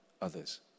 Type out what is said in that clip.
others